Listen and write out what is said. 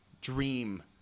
dream